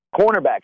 Cornerbacks